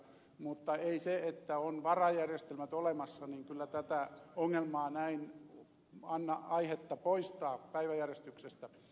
mutta ei se että on varajärjestelmät olemassa kyllä tätä ongelmaa anna aihetta poistaa päiväjärjestyksestä